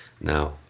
now